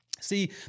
See